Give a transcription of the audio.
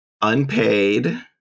unpaid